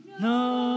No